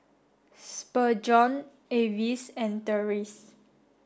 Spurgeon Avis and Terese